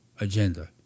agenda